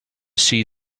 see